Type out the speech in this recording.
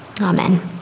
Amen